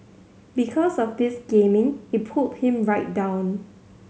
because of this gaming it pulled him right down